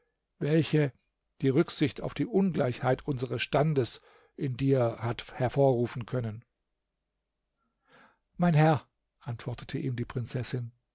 welche die rücksicht auf die ungleichheit unseres standes in dir hat hervorrufen können mein herr antwortete ihm die prinzessin